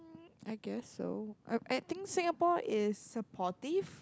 I guess so I think Singapore is supportive